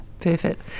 perfect